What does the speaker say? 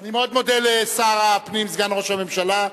אני מאוד מודה לשר הפנים, סגן ראש הממשלה.